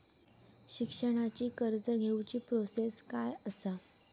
शिक्षणाची कर्ज घेऊची प्रोसेस काय असा?